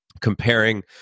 comparing